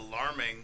alarming